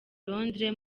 londres